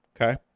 Okay